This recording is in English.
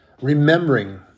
Remembering